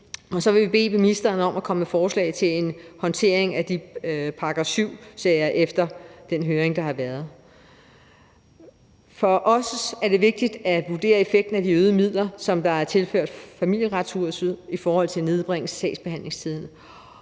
så vil vi bede ministeren om at komme med forslag til håndtering af § 7-sagerne, jævnfør anbefalingerne i den høring, der har været. For os er det vigtigt at vurdere effekten af de øgede midler, som der er tilført Familieretshuset i forhold til nedbringelse af sagsbehandlingstiden,